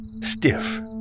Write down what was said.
Stiff